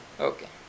okay